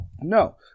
No